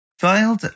filed